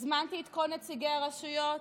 הזמנתי את כל נציגי הרשויות,